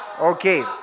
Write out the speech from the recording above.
Okay